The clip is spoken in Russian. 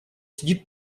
сидит